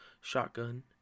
shotgun